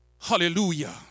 Hallelujah